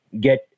get